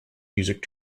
music